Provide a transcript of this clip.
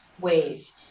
ways